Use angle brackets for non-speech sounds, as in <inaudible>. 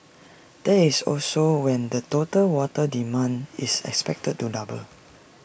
that is also when the total water demand <noise> is expected to double